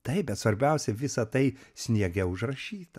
taip bet svarbiausia visa tai sniege užrašyta